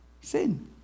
sin